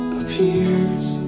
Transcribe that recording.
appears